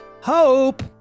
Hope